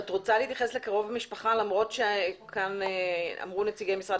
את רוצה להתייחס לקרוב משפחה למרות שכאן אמרו נציגי משרד